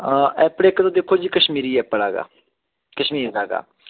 Apple ਇੱਕ ਤਾਂ ਦੇਖੋ ਜੀ ਕਸ਼ਮੀਰੀ ਐਪਲ ਹੈਗਾ ਕਸ਼ਮੀਰ ਦਾ ਹੈਗਾ